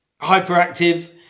hyperactive